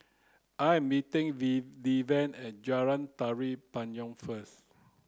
I am meeting D Deven at Jalan Tari Payong first